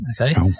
Okay